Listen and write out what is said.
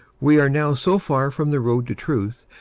we are now so far from the road to truth,